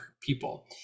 people